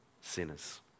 sinners